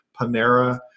Panera